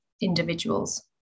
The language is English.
individuals